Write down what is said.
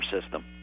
system